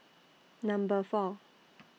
Number four